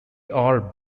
are